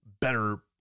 better